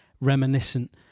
reminiscent